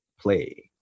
play